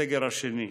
הסגר השני.